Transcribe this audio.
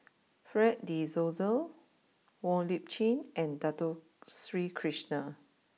Fred De Souza Wong Lip Chin and Dato Sri Krishna